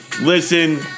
Listen